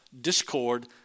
discord